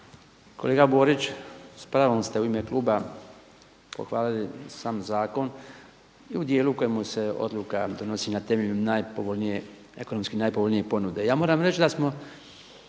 Kolega Borić, s pravom ste u ime kluba pohvalili sam zakon u dijelu u kojemu se odluka donosi na temelju najpovoljnije, ekonomski najpovoljnije ponude. Ja moram reći da smo,